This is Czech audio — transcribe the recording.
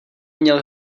měl